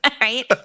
Right